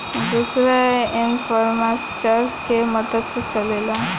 दुसर इन्फ़्रास्ट्रकचर के मदद से चलेला